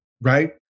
right